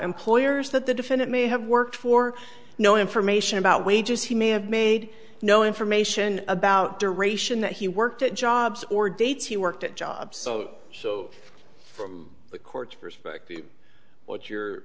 employers that the defendant may have worked for no information about wages he may have made no information about duration that he worked at jobs or dates he worked at jobs so so from the court's perspective what your